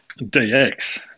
DX